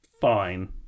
fine